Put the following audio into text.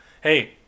Hey